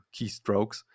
keystrokes